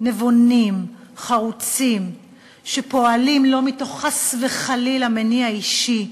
נבונים, חרוצים, שפועלים לא מתוך מניע אישי,